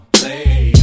play